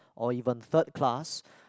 or even third class